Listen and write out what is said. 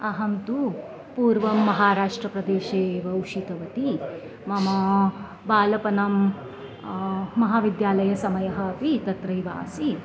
अहं तु पूर्वं महाराष्ट्रप्रदेशे एव उषितवती मम बालपनं महाविद्यालयसमयः अपि तत्रैव आसीत्